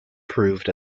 proved